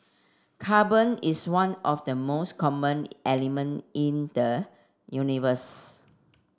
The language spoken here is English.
carbon is one of the most common element in the universe